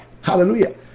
Hallelujah